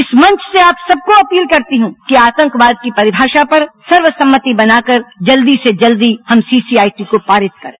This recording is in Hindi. इस मंच से आप सबको अपील करती हूं कि आतंकवाद की परिभाषा पर सर्वसम्मति बनाकर जल्दी से जल्दी हम सीसीआईटी को पारित करें